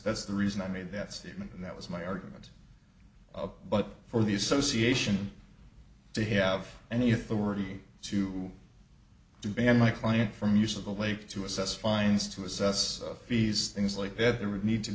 the reason i made that statement and that was my argument but for the association they have any authority to demand my client from use of the lake to assess fines to assess fees things like that there would need to